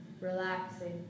relaxing